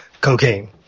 cocaine